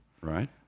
Right